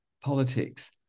politics